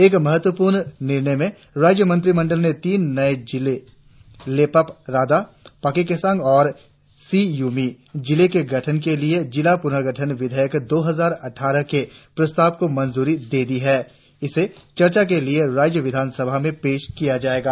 एक महत्वपूर्ण निर्णय में राज्य मंत्रिमंडल ने तीन नये जिलों लेपा रादा पाक्के केसांग और सी योमी जिले के गठन के लिए जिला पुनर्गठन विधेयक दो हजार अट्ठारह के प्रस्ताव को मंजूरी दे दी है इसे चर्चा के लिए राज्य विधान सभा में पेश किया जायेगा